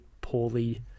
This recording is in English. poorly